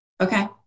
Okay